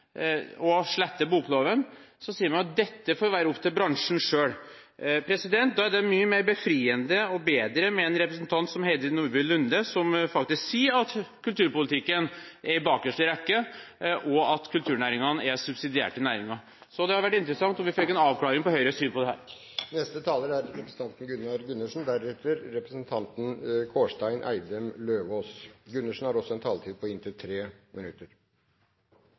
å komme til Stortinget med en avklaring av hvorvidt en bokavtale vil være i tråd med EØS-avtalen før man eventuelt går inn for den og sletter bokloven, sier man at dette får være opp til bransjen selv. Da er det mye mer befriende og bedre med en representant som Heidi Nordby Lunde, som faktisk sier at kulturpolitikken er bakerst i rekken, og at kulturnæringene er subsidierte næringer. Det hadde vært interessant om vi fikk en avklaring av Høyres syn på dette. Kultur er så mangt. Det er